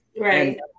Right